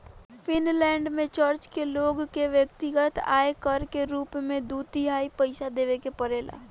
Finland में church के लोग के व्यक्तिगत आय कर के रूप में दू तिहाई पइसा देवे के पड़ेला